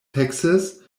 texas